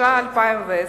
התש"ע 2010,